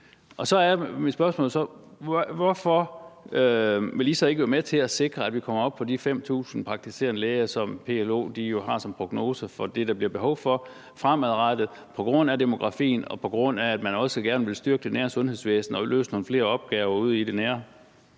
Og så er mit spørgsmål så, hvorfor I ikke vil være med til at sikre, at vi kommer op på de 5.000 praktiserende læger, som PLO har som prognose at der bliver behov for fremadrettet på grund af demografien, og på grund af at man også gerne vil styrke det nære sundhedsvæsen og løse nogle flere opgaver ude i det nære.